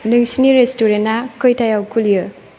नोंसिनि रेस्टुरेन्टना खैथायाव खुलियो